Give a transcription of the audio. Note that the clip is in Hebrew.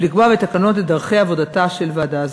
ולקבוע בתקנות את דרכי עבודתה של ועדה זו.